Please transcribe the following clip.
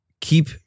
Keep